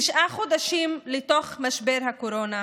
תשעה חודשים לתוך משבר הקורונה,